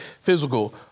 physical